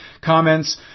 comments